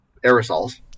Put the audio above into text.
aerosols